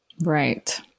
Right